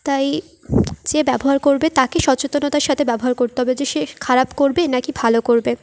তাই যে ব্যবহার করবে তাকে সচেতনতার সাথে ব্যবহার করতে হবে যে সে খারাপ করবে না কি ভালো করবে